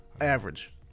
average